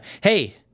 hey